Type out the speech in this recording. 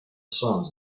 songs